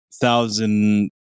thousand